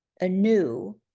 anew